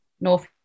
North